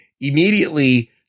immediately